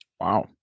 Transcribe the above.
Wow